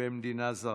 במדינה זרה".